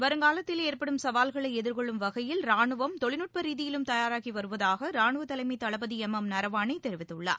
வருங்காலத்தில் ஏற்படும் சவால்களை எதிர்கொள்ளும் வகையில் ராணுவம் தொழில்நுட்ப ரீதியிலும் தயாராகிவருவதாக ராணுவ தலைமை தளபதி எம் எம் நரவானே தெரிவித்துள்ளார்